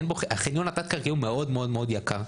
החניון התת-קרקעי הוא מאוד מאוד מאוד יקר.